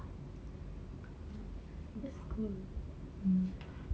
that's cool